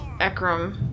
Ekram